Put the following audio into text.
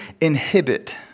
inhibit